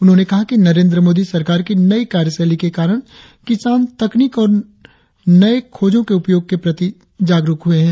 उन्होंने कहा कि नरेंद्र मोदी सरकार की नई कार्य शैली के कारण किसान तकनीक और नी खोजों के उपयोग के प्रति जागरुक हुए हैं